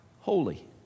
holy